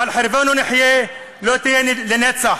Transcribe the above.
שעל חרבנו נחיה, לא תהיה לנצח,